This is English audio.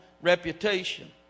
reputation